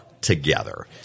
together